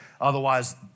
Otherwise